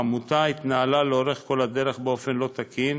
העמותה התנהלה לאורך כל הדרך באופן לא תקין,